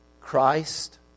Christ